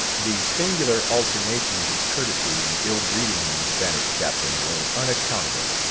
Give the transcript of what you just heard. the singular alternations of courtesy and ill-breeding in the spanish captain were unaccountable,